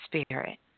spirit